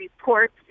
reports